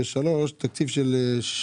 ב-3 יש תקציב עבור